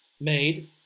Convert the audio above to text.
made